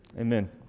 amen